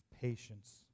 patience